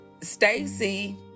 Stacy